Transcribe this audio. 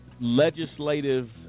legislative